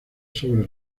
sobre